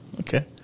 Okay